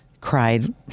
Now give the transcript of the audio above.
cried